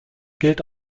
gilt